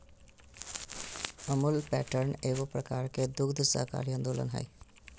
Amul pattern एगो प्रकार के दुग्ध सहकारी आन्दोलन हइ